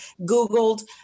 googled